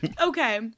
okay